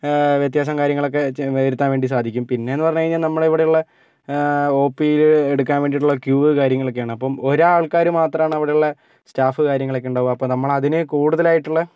വ്യത്യാസവും കാര്യങ്ങളുമൊക്കെ ചെ വരുത്താൻ വേണ്ടി സാധിക്കും പിന്നെന്ന് പറഞ്ഞ് കഴിഞ്ഞാൽ നമ്മുടെ ഇവിടുള്ള ഒ പി യില് എടുക്കാൻ വേണ്ടിയിട്ടുള്ള ക്യൂവും കാര്യങ്ങളൊക്കെയും ആണ് അപ്പോൾ ഒരാൾക്കാര് മാത്രാണ് അവിടുള്ള സ്റ്റാഫും കാര്യങ്ങളുമൊക്കെ ഉണ്ടാവുക അപ്പോൾ നമ്മൾ അതിന് കൂടുതലായിട്ടുള്ള